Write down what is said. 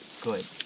good